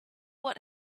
what